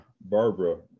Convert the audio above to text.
Barbara